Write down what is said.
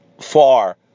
Far